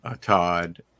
Todd